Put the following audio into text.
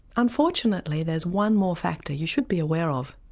unfortunately there's one more factor you should be aware of.